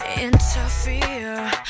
interfere